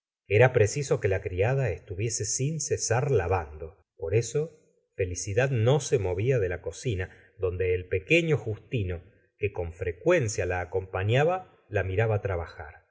era preciso que la criada estuviese sin cesar lavando por eso felicidad no se movia de la cocina donde el pequeño justino que con frecuencia la a companaba la miraba trabajar